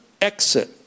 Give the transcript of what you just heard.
exit